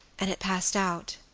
and it passed out.